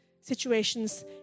situations